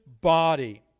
body